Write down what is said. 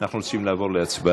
אנחנו רוצים לעבור להצבעה.